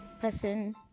person